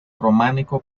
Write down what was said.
románico